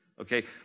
Okay